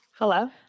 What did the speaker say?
hello